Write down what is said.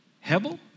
Hebel